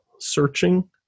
searching